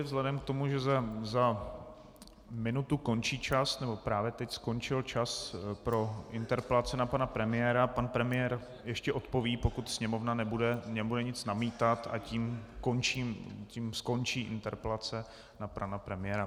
Vzhledem k tomu, že za minutu končí čas, nebo právě teď skončil čas pro interpelace na pana premiéra, pan premiér ještě odpoví, pokud Sněmovna nebude nic namítat, a tím skončí interpelace na pana premiéra.